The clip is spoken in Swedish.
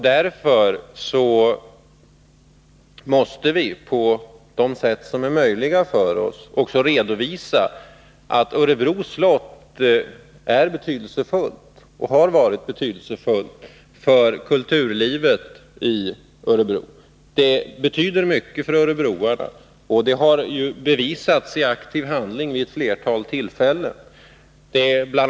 Därför måste vi, på de sätt som vi har möjlighet att utnyttja, redovisa att Örebro slott har varit och är betydelsefullt för kulturlivet i Örebro. Slottet betyder mycket för örebroarna, vilket man bevisat i aktiv handling vid ett flertal tillfällen. BI.